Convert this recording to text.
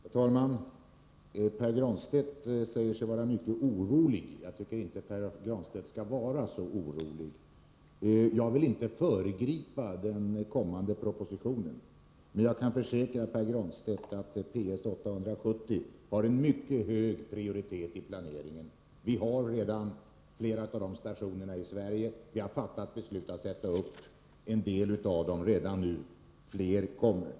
Herr talman! Pär Granstedt säger sig vara mycket orolig. Jag tycker inte att han skall vara så orolig. Jag vill inte föregripa den kommande propositionen, men jag kan försäkra Pär Granstedt att PS 870 har en mycket hög prioritet i planeringen. Vi har redan flera av stationerna i Sverige, och vi har fattat beslut om att sätta upp en del av dem redan nu. Fler kommer.